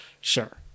Sure